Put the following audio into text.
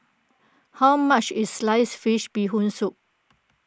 how much is Sliced Fish Bee Hoon Soup